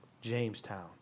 Jamestown